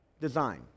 design